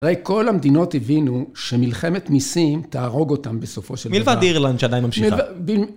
אולי כל המדינות הבינו שמלחמת מיסים תהרוג אותם בסופו של דבר. מלבד אירלנד שעדיין ממשיכה.